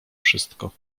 wszystko